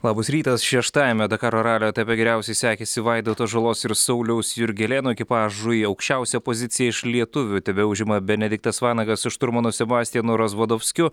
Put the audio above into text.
labas rytas šeštajame dakaro ralio etape geriausiai sekėsi vaidoto žalos ir sauliaus jurgelėno ekipažui aukščiausią poziciją iš lietuvių tebeužima benediktas vanagas su šturmanu sebastijanu rozvodofskiu